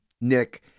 Nick